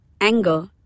anger